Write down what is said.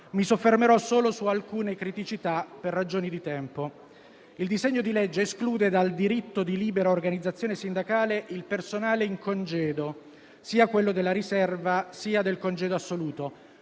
Mi soffermerò solo su alcune criticità, per ragioni di tempo. Il disegno di legge esclude dal diritto di libera organizzazione sindacale il personale in congedo, sia quello della riserva, sia quello del congedo assoluto,